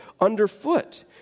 underfoot